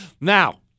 Now